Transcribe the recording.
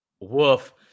Woof